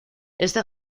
esto